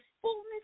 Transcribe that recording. fullness